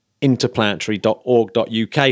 Interplanetary.org.uk